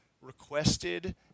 Requested